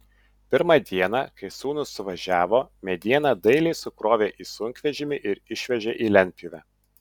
pirmą dieną kai sūnūs suvažiavo medieną dailiai sukrovė į sunkvežimį ir išvežė į lentpjūvę